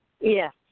Yes